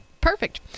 Perfect